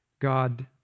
God